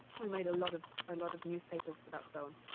we made a lot of ah lot of newspapers for that film.